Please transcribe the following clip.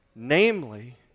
Namely